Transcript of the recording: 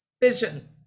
vision